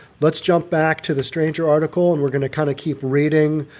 let's jump back to the stranger article. and we're going to kind of keep reading,